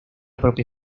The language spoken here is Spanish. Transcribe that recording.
propia